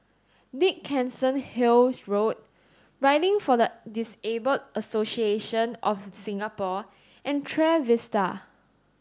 Dickenson Hill Road Riding for the Disabled Association of Singapore and Trevista